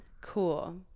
Cool